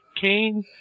Kane